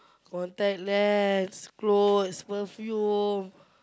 contact lens clothes perfume